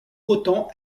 autant